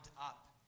up